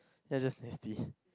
that is just nasty